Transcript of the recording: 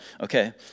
Okay